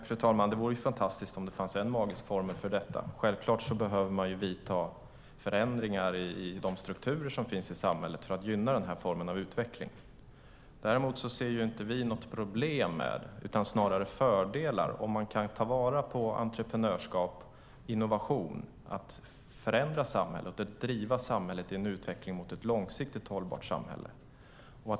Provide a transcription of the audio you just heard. Fru talman! Det vore fantastiskt om det fanns en magisk formel för detta. Man behöver självfallet vidta förändringar i de strukturer som finns i samhället för att gynna den här formen av utveckling. Däremot ser vi inget problem, utan snarare fördelar, med att man kan ta vara på entreprenörskap och innovationer för att förändra samhället och driva samhällets utveckling mot ett långsiktigt hållbart samhälle.